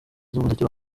z’umuziki